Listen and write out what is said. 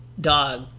dog